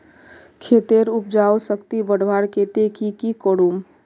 खेतेर उपजाऊ शक्ति बढ़वार केते की की करूम?